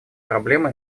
проблемы